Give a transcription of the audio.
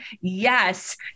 yes